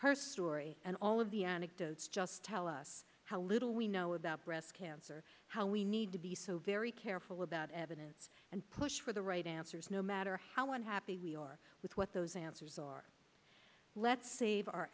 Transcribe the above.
her story and all of the anecdotes just tell us how little we know about breast cancer how we need to be so very careful about evidence and push for the right answers no matter how unhappy we are with what those answers are let's save our